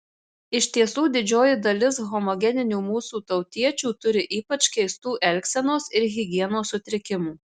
iš tiesų didžioji dalis homogeninių mūsų tautiečių turi ypač keistų elgsenos ir higienos sutrikimų